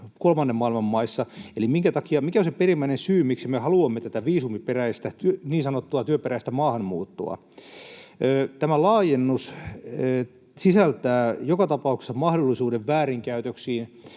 kolmannen maailman maissa. Eli mikä on se perimmäinen syy, miksi me haluamme tätä viisumiperäistä, niin sanottua työperäistä maahanmuuttoa? Tämä laajennus sisältää joka tapauksessa mahdollisuuden väärinkäytöksiin,